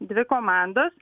dvi komandos